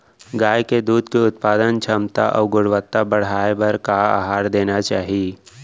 गाय के दूध के उत्पादन क्षमता अऊ गुणवत्ता बढ़ाये बर का आहार देना चाही?